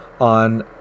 on